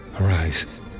Arise